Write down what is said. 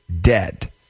dead